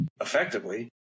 effectively